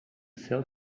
sell